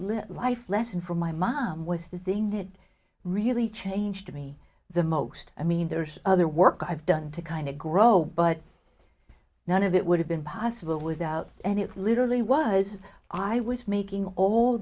live life lesson for my mom was the thing that really changed me the most i mean there's other work i've done to kind of grow but none of it would have been possible without and it literally was i was making all